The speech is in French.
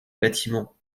bâtiments